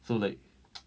so like